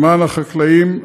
למען החקלאים,